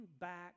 back